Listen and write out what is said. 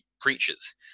Preachers